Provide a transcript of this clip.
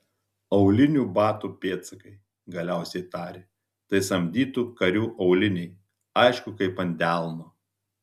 aulinių batų pėdsakai galiausiai tarė tai samdytų karių auliniai aišku kaip ant delno